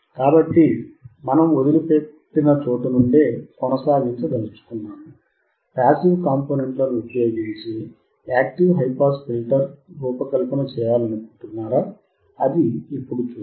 కాబట్టి మనంవదిలిపెట్టిన చోట నుండే కొనసాగించాలనుకుంటున్నాము పాసివ్ కాంపోనెంట్ లను ఉపయోగించి యాక్టివ్ హైపాస్ ఫిల్టర్ రూపకల్పన చేయాలనుకుంటున్నారా అది ఇప్పుడు చూద్దాం